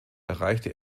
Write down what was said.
erreichte